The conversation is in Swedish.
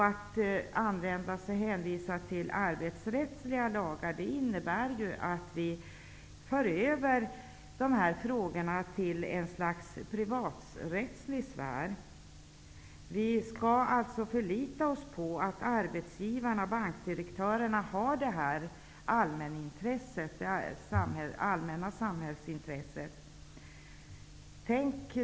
Att använda sig av arbetsrättsliga lagar innebär att vi för över frågan till ett slags privaträttslig sfär. Vi skulle alltså förlita oss till att arbetsgivarna, bankdirektörerna, har detta allmänna samhällsintresse.